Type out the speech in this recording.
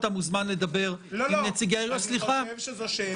אתה מוזמן לדבר עם נציגי --- אני חושב שזו שאלה --- סליחה,